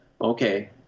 Okay